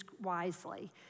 wisely